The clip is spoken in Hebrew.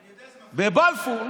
בבלפור.